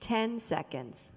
ten seconds